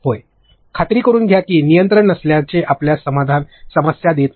होय खात्री करुन घ्या की नियंत्रण नसल्याचे आपल्याला समस्या देत नाही